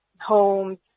homes